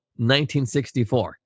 1964